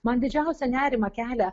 man didžiausią nerimą kelia